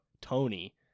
Tony